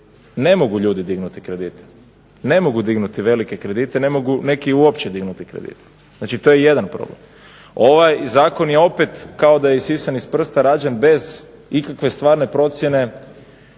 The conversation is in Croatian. ne mogu ljudi dignuti kredite, ne mogu dignuti velike kredite, neki ne mogu uopće dignuti kredite. To je jedan problem. Ovaj zakon opet kao da je isisan iz prsta rađen bez ikakve stvarne procjene